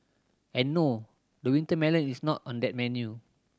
and no the winter melon is not on that menu